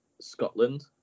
Scotland